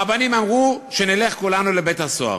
הרבנים אמרו שנלך כולנו לבית-הסוהר.